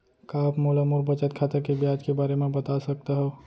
का आप मोला मोर बचत खाता के ब्याज के बारे म बता सकता हव?